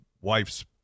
wife's